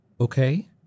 Okay